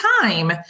time